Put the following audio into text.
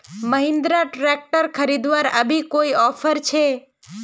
Mahindra tractor खरीदवार अभी कोई ऑफर छे?